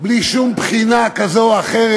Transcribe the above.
בלי שום בחינה כזו או אחרת,